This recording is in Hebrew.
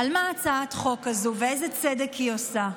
על מה הצעת החוק הזו ואיזה צדק היא עושה.